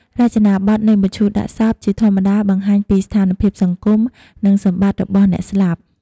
រចនាបទនៃមឈូសដាក់សពជាធម្មតាបង្ហាញពីស្ថានភាពសង្គម និងសម្បត្តិរបស់អ្នកស្លាប់។